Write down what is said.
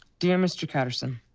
dear mr. catterson,